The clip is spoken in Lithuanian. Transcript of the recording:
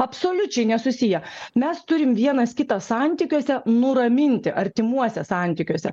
absoliučiai nesusiję mes turim vienas kitą santykiuose nuraminti artimuose santykiuose